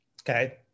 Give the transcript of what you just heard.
Okay